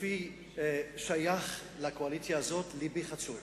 גופי שייך לקואליציה הזאת, לבי חצוי.